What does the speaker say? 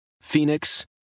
Phoenix